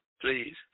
please